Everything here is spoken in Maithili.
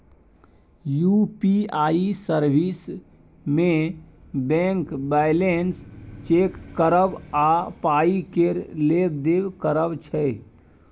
यु.पी.आइ सर्विस मे बैंक बैलेंस चेक करब आ पाइ केर लेब देब करब छै